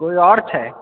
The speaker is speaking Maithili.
कोई आओर छै